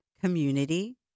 community